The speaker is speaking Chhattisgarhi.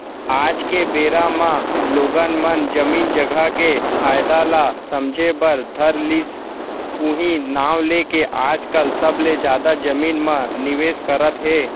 आज के बेरा म लोगन मन जमीन जघा के फायदा ल समझे बर धर लिस उहीं नांव लेके आजकल सबले जादा जमीन म निवेस करत हे